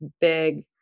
big